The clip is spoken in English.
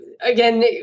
Again